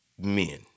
men